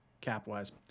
cap-wise